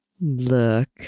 Look